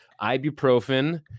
ibuprofen